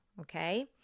okay